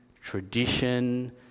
tradition